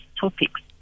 topics